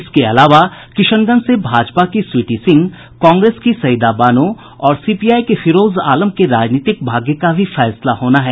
इसके अलावा किशनगंज से भाजपा की स्वीटी सिंह कांग्रेस की सईदा बानो और सीपीआई के फिरोज आलम के राजनीतिक भाग्य का भी फैसला होना है